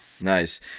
nice